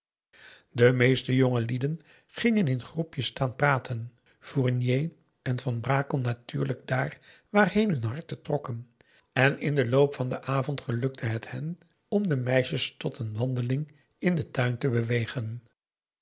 de meeste jongelieden gingen in groepjes staan praten fournier en van brakel natuurlijk dààr waarheen hun harten trokken en in den loop van den avond gelukte het p a daum de van der lindens c s onder ps maurits hun om de meisjes tot een wandeling in den tuin te bewegen